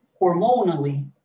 hormonally